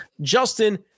Justin